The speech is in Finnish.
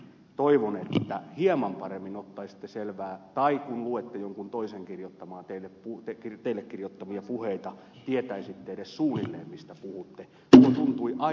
kiljunen toivon että hieman paremmin ottaisitte selvää tai kun luette jonkun toisen teille kirjoittamia puheita tietäisitte edes suunnilleen mistä puhutte